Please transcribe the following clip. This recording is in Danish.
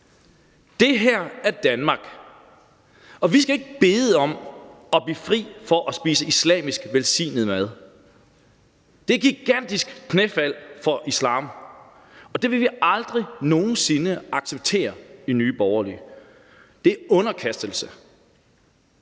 Det her er Danmark, og vi skal ikke bede om at blive fri for at spise islamisk velsignet mad. Det er et gigantisk knæfald for islam, og det vil vi aldrig nogen sinde acceptere i Nye Borgerlige; det er underkastelse.